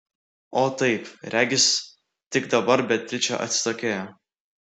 o taip regis tik dabar beatričė atsitokėjo